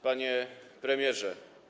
Panie Premierze!